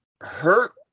hurt